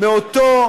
מאותו